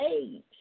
age